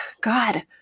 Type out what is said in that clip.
God